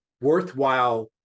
worthwhile